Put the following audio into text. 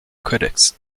critics